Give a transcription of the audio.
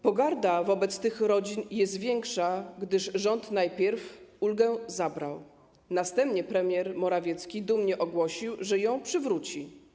Pogarda wobec tych rodzin jest większa, gdyż rząd najpierw ulgę zabrał, następnie premier Morawiecki dumnie ogłosił, że ją przywróci.